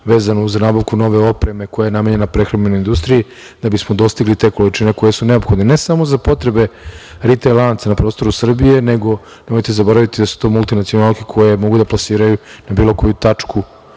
vezanu za nabavku nove opreme koje ja namenjena prehrambenoj industriji da bismo dostigli te količine koje su neophodne ne samo za potrebe ritejl lanaca na prostoru Srbije, nego nemojte zaboraviti da su to multinacionalke koje mogu da plasiraju na bilo koju tačku